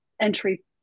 entry